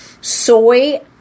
soy